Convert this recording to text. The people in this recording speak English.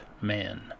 man